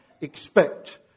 expect